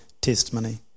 testimony